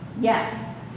Yes